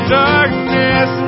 darkness